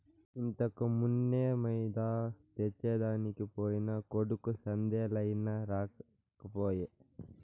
ఇంతకుమున్నే మైదా తెచ్చెదనికి పోయిన కొడుకు సందేలయినా రాకపోయే